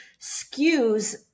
skews